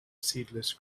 seedless